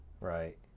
right